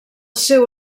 seu